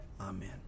Amen